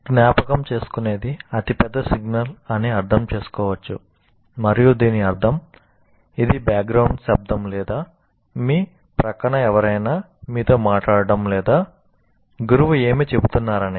జ్ఞాపకం చేసుకునేది అతి పెద్ద సిగ్నల్ అని అర్థం చేసుకోవచ్చు మరియు దీని అర్థం ఇది బ్యాక్గ్రౌండ్ శబ్దం లేదా మీ ప్రక్కన ఎవరైనా మీతో మాట్లాడటం లేదా గురువు ఏమి చెబుతున్నారనేది